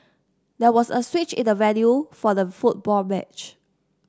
there was a switch in the venue for the football match